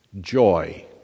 joy